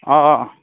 অঁ অঁ